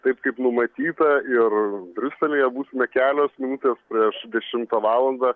taip kaip numatyta ir briuselyje būsime kelios minutės prieš dešimtą valandą